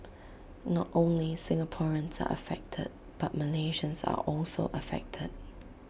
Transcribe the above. not only Singaporeans are affected but Malaysians are also affected